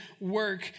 work